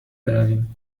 برویم